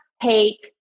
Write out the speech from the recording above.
hate